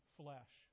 flesh